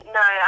no